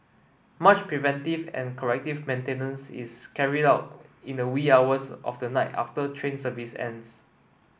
much preventive and corrective maintenance is carried out in the wee hours of the night after train service ends